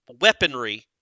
weaponry